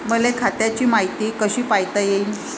मले खात्याची मायती कशी पायता येईन?